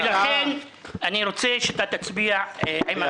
לכן אני רוצה שאתה תצביע כמונו.